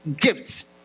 gifts